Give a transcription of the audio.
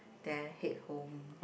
then I head home